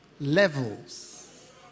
levels